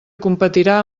competirà